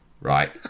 right